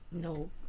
No